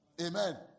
Amen